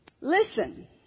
Listen